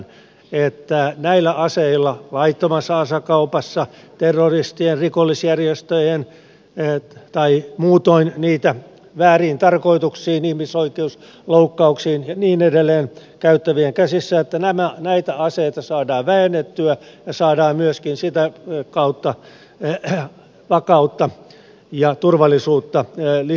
uskomme että näitä aseita joita on laittomassa asekaupassa terroristien rikollisjärjestöjen tai muutoin niitä vääriin tarkoituksiin ihmisoikeusloukkauksiin ja niin edelleen käyttävien käsissä saadaan vähennettyä ja saadaan myöskin sitä kautta vakautta ja turvallisuutta lisättyä